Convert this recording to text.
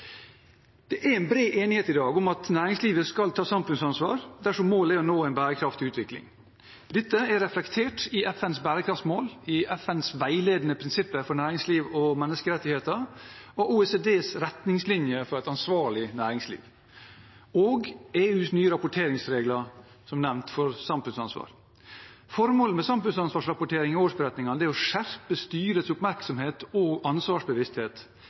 Det er bred enighet i dag om at næringslivet skal ta samfunnsansvar, dersom målet er å nå en bærekraftig utvikling. Dette er reflektert i FNs bærekraftsmål, i FNs veiledende prinsipper for næringsliv og menneskerettigheter, i OECDs retningslinjer for et ansvarlig næringsliv og, som nevnt, i EUs nye rapporteringsregler for samfunnsansvar. Formålet med samfunnsansvarsrapportering og årsberetninger er å skjerpe styrets oppmerksomhet og ansvarsbevissthet,